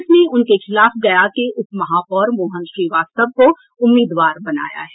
कांग्रेस ने उनके खिलाफ गया के उप महापौर मोहन श्रीवास्तव को उम्मीदवार बनाया है